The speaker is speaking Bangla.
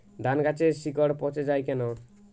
ধানগাছের শিকড় পচে য়ায় কেন?